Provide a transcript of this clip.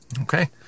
Okay